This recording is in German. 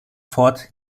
fort